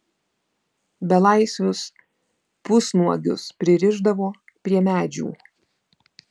belaisvius pusnuogius pririšdavo prie medžių